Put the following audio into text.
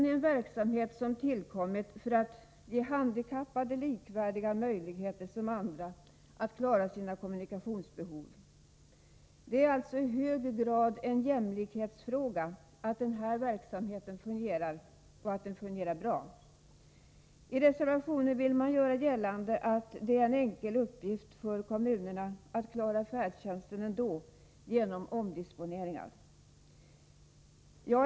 | likvärdiga möjligheter med andra att klara sina kommunikationsbehov. Det 29 är alltså i hög grad en jämlikhetsfråga att den här verksamheten fungerar bra. I reservationen vill man göra gällande att det är en enkel uppgift för kommunerna att klara färdtjänsten ändå genom omdisponeringar.